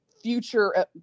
future